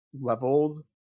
leveled